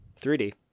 3D